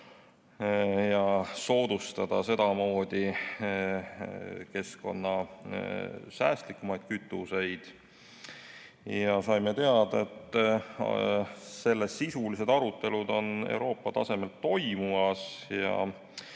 ja soodustada sedamoodi keskkonnasäästlikumate kütuste kasutamist. Saime teada, et sellesisulised arutelud on Euroopa tasemel toimumas